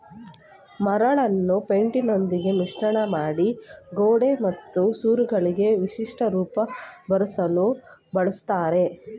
ಮರಳನ್ನು ಪೈಂಟಿನೊಂದಿಗೆ ಮಿಶ್ರಮಾಡಿ ಗೋಡೆ ಮತ್ತು ಸೂರುಗಳಿಗೆ ವಿಶಿಷ್ಟ ರೂಪ ಬರ್ಸಲು ಬಳುಸ್ತರೆ